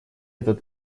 этот